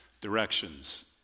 directions